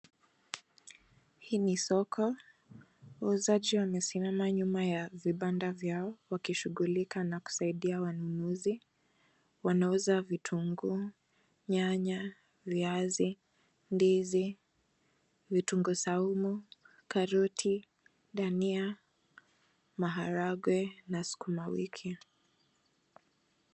Hii ni soko. Wauzaji wamesimama nyuma ya vibanda vyao wakishughulika na kusaidia wanunuzi. Wanauza vitunguu, nyanya, viazi, ndizi, vitunguu saumu, karoti, dania, maharagwe na sukuma wiki.